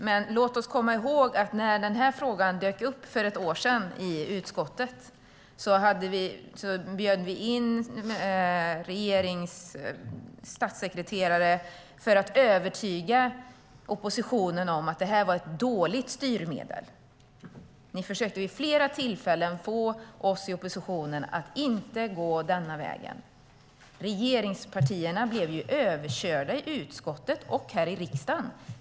Låt oss dock komma ihåg att när frågan dök upp i utskottet för ett år sedan bjöds statssekreterare in för att övertyga oss i oppositionen om att detta var ett dåligt styrmedel. Ni försökte vid flera tillfällen få oss att inte gå denna väg. Men regeringspartierna blev överkörda i utskottet och i kammaren.